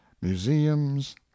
museums